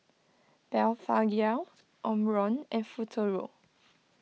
Blephagel Omron and Futuro